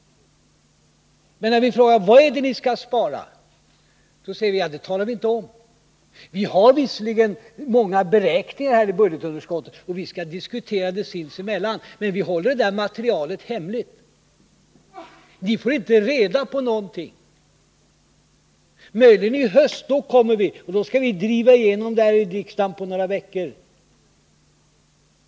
Men när vi frågar vad det är ni skall spara på säger ni: Det talar vi inte om. Vi har visserligen gjort många beräkningar när det gäller budgetunderskottet, och vi skall diskutera dem sinsemellan, men vi håller det materialet hemligt. Ni får inte reda på någonting, förrän möjligen i höst, då vi på några veckor skall driva igenom förslagen i riksdagen.